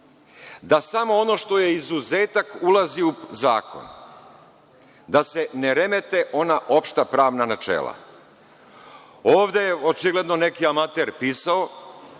da samo ono što je izuzetak ulazi u zakon, da se ne remete ona opšta pravna načela. Ovde je očigledno neki amater pisao,